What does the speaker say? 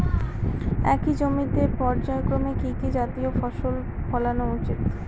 একই জমিতে পর্যায়ক্রমে কি কি জাতীয় ফসল ফলানো উচিৎ?